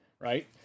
right